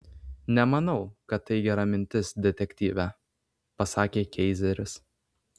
nemanau kad tai gera mintis detektyve pasakė keizeris